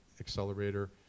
accelerator